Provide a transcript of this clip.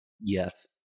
Yes